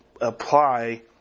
apply